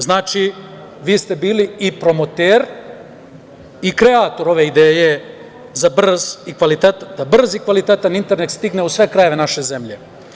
Znači, vi ste bili i promoter i kreator ove ideje da brz i kvalitetan internet stigne u sve krajeve naše zemlje.